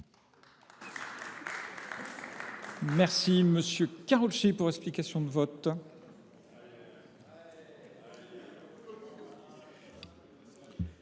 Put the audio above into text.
Merci,